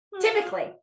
Typically